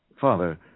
Father